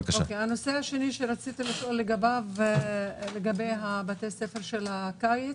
הנושא השני, לגבי בתי הספר של הקיץ,